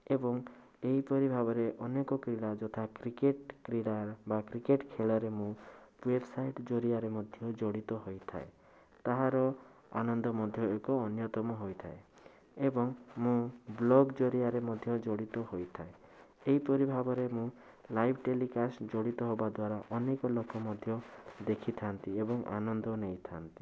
ଏବଂ ଏହିପରି ଭାବରେ ଅନେକ କ୍ରୀଡ଼ା ଯଥା କ୍ରିକେଟ୍ କ୍ରୀଡ଼ା ବା କ୍ରିକେଟ୍ ଖେଳରେ ମୁଁ ଜଡ଼ିତ ମଧ୍ୟ ଜଡ଼ିତ ହୋଇଥାଏ ତାହାର ଆନନ୍ଦ ମଧ୍ୟ ଏକ ଅନ୍ୟତମ ହୋଇଥାଏ ଏବଂ ମୁଁ ବ୍ଲଗ୍ ଜରିଆରେ ମଧ୍ୟ ଜଡ଼ିତ ହୋଇଥାଏ ଏଇପରି ଭାବରେ ମୁଁ ଲାଇଭ୍ ଟେଲିକାଷ୍ଟ ଜଡ଼ିତ ହେବା ଦ୍ୱାରା ଅନେକ ଲୋକ ମଧ୍ୟ ଦେଖିଥାନ୍ତି ଏବଂ ଆନନ୍ଦ ନେଇଥାଆନ୍ତି